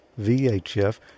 VHF